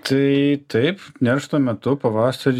tai taip neršto metu pavasarį